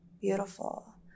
Beautiful